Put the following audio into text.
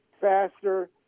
faster